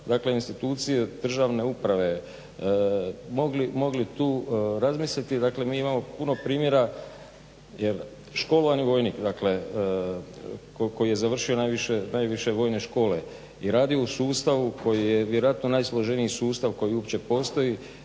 dakle institucije državne uprave mogli tu razmisliti. Dakle, mi imamo puno primjera jer školovani vojnik, dakle koji je završio najviše vojne škole i radi u sustavu koji je vjerojatno najsloženiji sustav koji uopće postoji